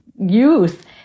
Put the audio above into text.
youth